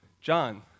John